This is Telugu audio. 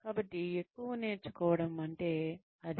కాబట్టి ఎక్కువ నేర్చుకోవడం అంటే అదే